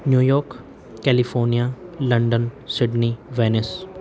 New York California London Sydney Venice